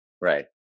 Right